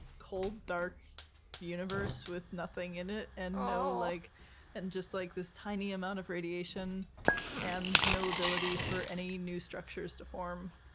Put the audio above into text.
cold, dark universe with nothing in it and like and just like this tiny amount of radiation and no ability for any new structures to form,